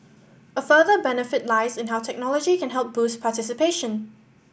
a further benefit lies in how technology can help boost participation